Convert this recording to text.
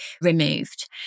removed